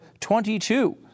22